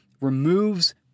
removes